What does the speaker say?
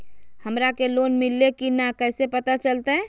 हमरा के लोन मिल्ले की न कैसे पता चलते?